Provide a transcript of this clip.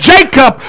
Jacob